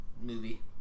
movie